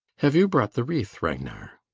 have you brought the wreath ragnar?